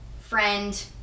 friend